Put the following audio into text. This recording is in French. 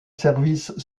service